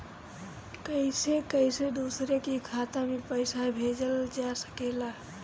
कईसे कईसे दूसरे के खाता में पईसा भेजल जा सकेला?